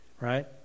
right